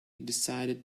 decided